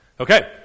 Okay